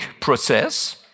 process